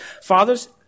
Fathers